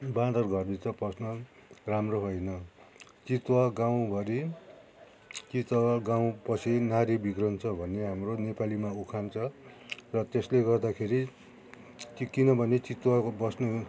बाँदर घरभित्र पस्न राम्रो होइन चितुवा गाउँभरि चितुवा र गाउँ पसी नारी बिग्रन्छ भन्ने हाम्रो नेपालीमा उखान छ र त्यसले गर्दाखेरि त्यो किनभने चितुवाको बस्नुको